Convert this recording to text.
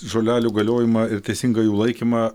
žolelių galiojimą ir teisingą jų laikymą